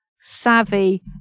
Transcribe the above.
savvy